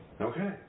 Okay